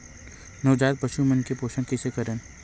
नवजात पशु मन के पोषण कइसे करन?